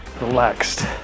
relaxed